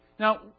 Now